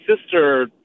sister